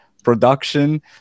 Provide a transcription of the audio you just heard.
production